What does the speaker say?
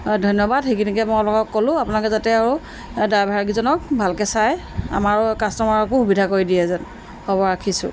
ধন্যবাদ সেইখিনিকে মই আপোনালোকক ক'লো আপোনালোকে যাতে আৰু ড্ৰাইভাৰকিজনক ভালকৈ চাই আমাৰো কাষ্ট'মাৰকো সুবিধা কৰি দিয়ে যেন হ'ব ৰাখিছোঁ